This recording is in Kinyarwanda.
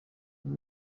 uyu